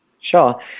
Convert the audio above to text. Sure